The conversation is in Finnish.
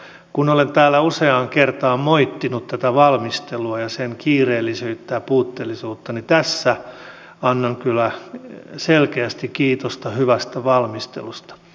kun olen täällä useaan kertaan moittinut tätä valmistelua ja sen kiireellisyyttä ja puutteellisuutta niin tässä annan kyllä selkeästi kiitosta hyvästä valmistelusta